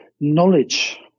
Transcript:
knowledge